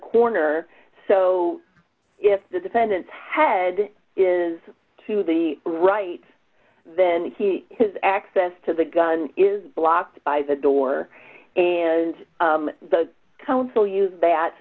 corner so if the defendant's head is to the right then he has access to the gun is blocked by the door and the council use that